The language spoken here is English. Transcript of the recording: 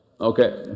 Okay